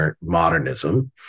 modernism